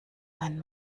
meinen